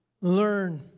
learn